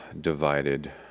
divided